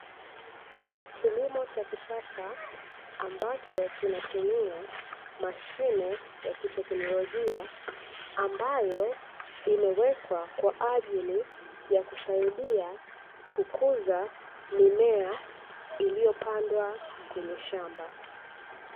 Kilimo cha kisasa ambacho kinatumia mashine ya kiteknolojia, ambayo imewekwa kwajili ya kusaidia kukuza mimea iliyopandwa kwenye shamba.